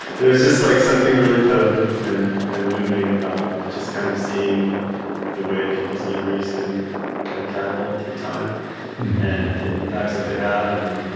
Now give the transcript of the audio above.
there was just like something really potent and and moving about just kind of seeing the way people's memories can kind of catapult through time and the impacts that they have, and